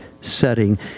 setting